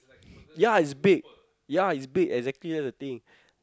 ya it's big ya it's big exactly that's the thing